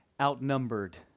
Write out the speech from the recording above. outnumbered